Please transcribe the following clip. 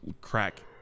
crack